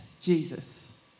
Jesus